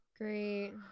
Great